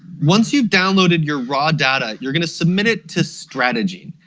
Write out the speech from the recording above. once you've downloaded your raw data you're going to submit it to strategene.